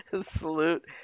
salute